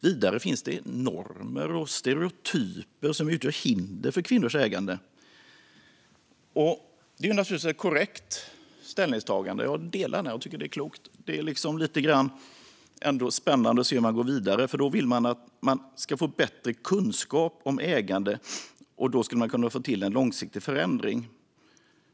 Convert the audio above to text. Vidare finns normer och stereotyper som utgör hinder för kvinnors ägande." Det är naturligtvis ett korrekt ställningstagande, och jag delar den synen och tycker att det är klokt att se på det så. Det är ändå spännande att se hur man sedan går vidare, för då skriver man: "Genom att få bättre kunskap om ägande kan vi långsiktigt få till en förändring."